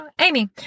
Amy